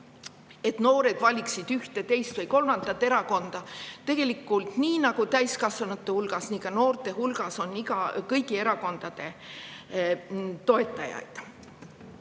et noored valiksid ühte, teist või kolmandat erakonda. Tegelikult, nii nagu täiskasvanute hulgas, nii ka noorte hulgas on kõigi erakondade toetajaid.